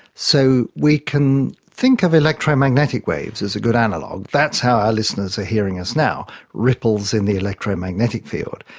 so we can think of electromagnetic waves as a good analogue, that's how our listeners are hearing us now, ripples in the electromagnetic field.